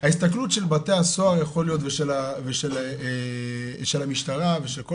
ההסתכלות של בתי הסוהר ושל המשטרה ושל כל